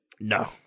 No